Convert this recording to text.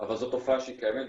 אבל זו תופעה שהיא קיימת.